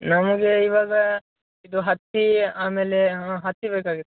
ನಮಗೆ ಇವಾಗ ಇದು ಹತ್ತಿ ಆಮೇಲೆ ಹತ್ತಿ ಬೇಕಾಗಿತ್ತು